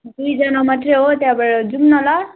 दुईजना मात्रै हो त्यहाँबाट जाऊँ न ल